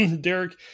Derek